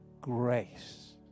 grace